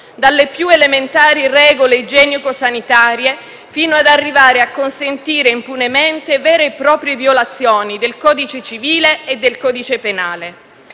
dalle più elementari regole igienico-sanitarie fino ad arrivare a consentire impunemente vere e proprie violazioni del codice civile e del codice penale.